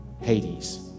Hades